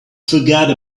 forget